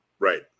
right